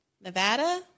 Nevada